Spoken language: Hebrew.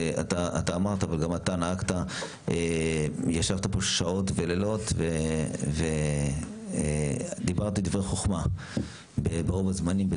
אתה אמרת וגם אתה ישבת פה שעות ולילות ודיברת דברי חוכמה ברוב הזמנים,